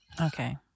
Okay